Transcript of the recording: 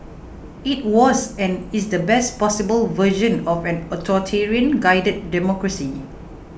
it was and is the best possible version of an authoritarian guided democracy